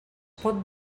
pot